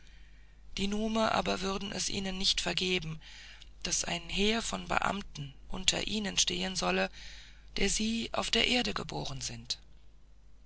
die nume aber würden es ihnen nicht vergeben daß ein heer von beamten unter ihnen stehen solle der sie auf der erde geboren sind